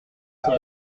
c’est